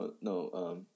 No